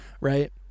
right